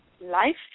life